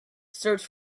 search